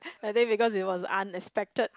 like that because it was unexpected